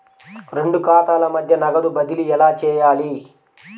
రెండు ఖాతాల మధ్య నగదు బదిలీ ఎలా చేయాలి?